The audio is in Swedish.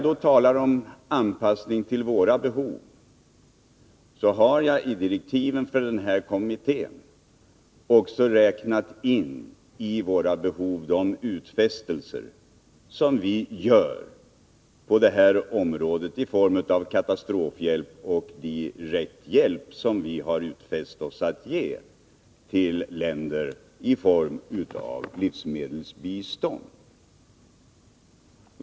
Beträffande anpassningen till våra behov vill jag säga att jag i direktiven till livsmedelskommittén har räknat in i våra behov de utfästelser som vi gör på det här området i form av katastrofhjälp och direkt hjälp till olika länder genom livsmedelsbistånd.